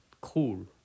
cool